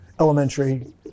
elementary